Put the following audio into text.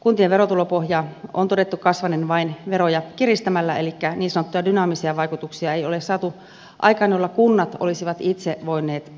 kuntien verotulopohjan on todettu kasvaneen vain veroja kiristämällä elikkä ei ole saatu aikaan niin sanottuja dynaamisia vaikutuksia joilla kunnat olisivat itse voineet